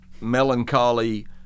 melancholy